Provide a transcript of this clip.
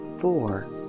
four